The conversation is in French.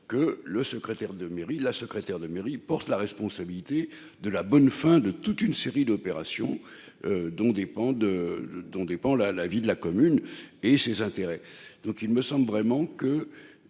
que le secrétaire de mairie la secrétaire de mairie porte la responsabilité de la bonne fin de toute une série d'opérations. Dont dépendent. Dont dépend la la vie de la commune et ses intérêts. Donc il me semble vraiment que.